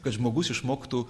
kad žmogus išmoktų